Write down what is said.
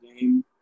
game